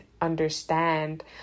understand